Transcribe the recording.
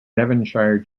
devonshire